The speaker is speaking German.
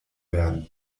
werden